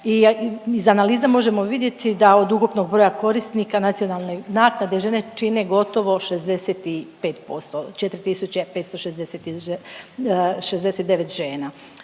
Iz analiza možemo vidjeti da od ukupnog broja korisnika nacionalne naknade, žene čine gotovo 65%. 4.569 žena.